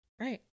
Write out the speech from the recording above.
Right